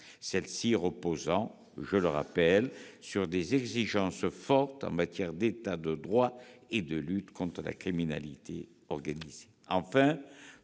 celle-ci reposant, je le rappelle, sur des exigences fortes en matière d'État de droit et de lutte contre la criminalité organisée.